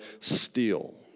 steal